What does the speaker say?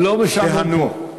תיהנו.